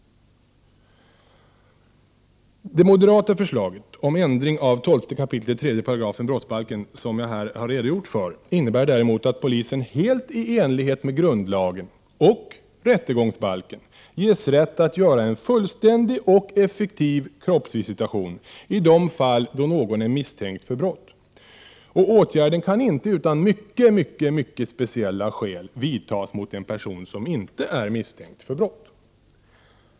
Det moderata förslaget om ändring av 12 kap. 3 § brottsbalken, som jag här har redogjort för, innebär däremot att polisen helt i enlighet med grundlagen och rättegångsbalken ges rätt att göra en fullständig och effektiv kroppsvisitation i de fall någon är misstänkt för brott. Och åtgärden kan inte utan mycket speciella skäl vidtas mot en person som inte är misstänkt för brott.